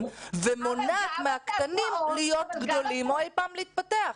ומונעת מהקטנים להיות גדולים או אי פעם להתפתח.